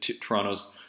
Toronto's